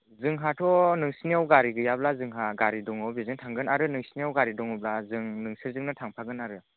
जोंहाथ' नोंसिनियाव गारि गैयाब्ला जोंहा गारि दङ बेजों थांगोन आरो नोंसिनियाव गारि दङब्ला जों नोंसोरजोंनो थांफागोन आरो